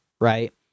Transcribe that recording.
right